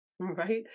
Right